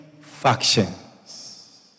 factions